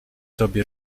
tobie